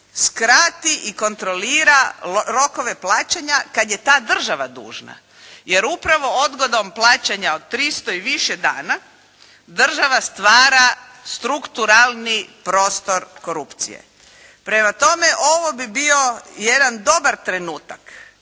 skrati i kontrolira rokove plaćanja kad je ta država dužna, jer upravo odgodom plaćanja od tristo i više dana država stvara strukturalni prostor korupcije. Prema tome, ovo bi bio jedan dobar trenutak